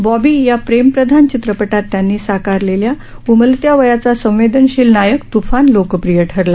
बॉबी या प्रेमप्रधान चित्रपटात त्यांनी साकारलेला उमलत्या वयाचा संवेदनशील नायक तुफान लोकप्रिय ठरला